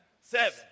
Seven